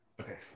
Okay